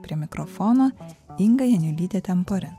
prie mikrofono inga janiulytė temporin